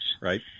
Right